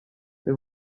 they